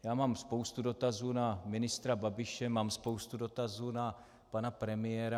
Já mám spoustu dotazů na ministra Babiše, mám spoustu dotazů na pana premiéra.